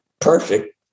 perfect